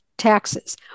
taxes